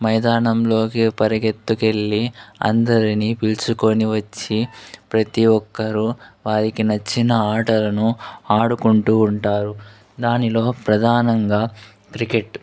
మైదానంలోకి పరిగెత్తుకెళ్ళి అందరిని పిలుచుకొని వచ్చి ప్రతి ఒక్కరూ వారికి నచ్చిన ఆటలను ఆడుకుంటూ ఉంటారు దానిలో ప్రధానంగా క్రికెట్